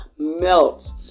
melt